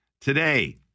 Today